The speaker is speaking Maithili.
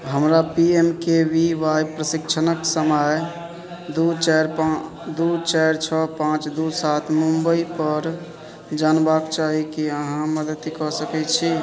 हमरा P M K V Y प्रशिक्षणक समय दू चारि पाँच दू चारि छओ पाँच दू सात मुम्बईपर जानबाक चाही कि अहाँ मदति कऽ सकय छी